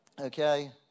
Okay